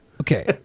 Okay